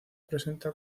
presenta